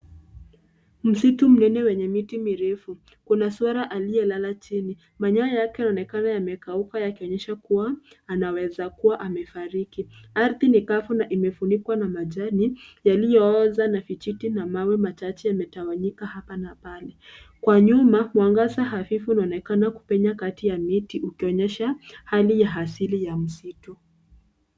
Msitu mnene wenye miti mirefu. Kuna swala aliyelala chini manyanya yake yanaonekana yamekauka yakionyesha kuwa anaweza kuwa amefariki. Ardhi ni kavu na imefunikwa na majani yaliyooza na vijiti na mawe machache yametawanyika hapa na pale. Kwa nyuma mwangaza hafifu unaonekana kupenya kati ya miti ukionyesha hali ya asili ya msitu.